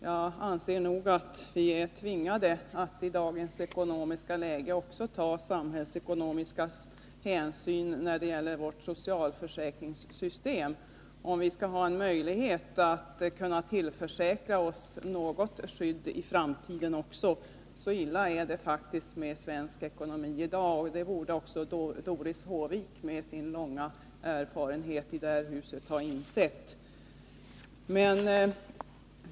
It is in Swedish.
Jag anser att vi i dagens ekonomiska läge nog är tvingade att också ta samhällsekonomiska hänsyn när det gäller vårt socialförsäkringssystem, om vi skall ha möjlighet att kunna tillförsäkra oss något skydd i framtiden. Så illa är det faktiskt med svensk ekonomi i dag, och det borde också Doris Håvik, med sin långa erfarenhet i detta hus, ha insett.